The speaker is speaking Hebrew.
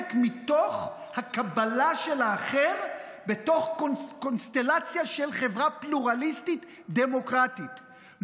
מתוך הקבלה של האחר בתוך קונסטלציה של חברה פלורליסטית דמוקרטית,